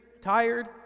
tired